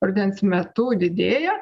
rudens metu didėja